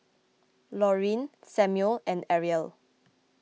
Laurene Samuel and Arielle